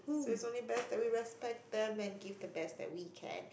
so it's only best that we respect them and give the best that we can